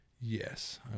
Yes